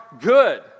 good